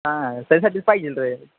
हा त्याच्यासाठीच पाहिजेल रे